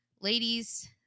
Ladies